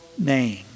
name